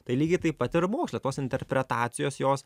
tai lygiai taip pat ir moksle tos interpretacijos jos